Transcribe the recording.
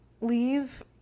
leave